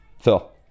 Phil